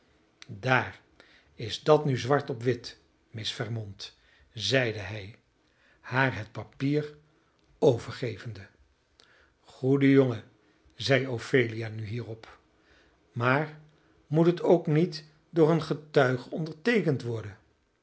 daar is dat nu zwart op wit miss vermont zeide hij haar het papier overgevende goede jongen zeide ophelia nu hierop maar moet het ook niet door een getuige onderteekend worden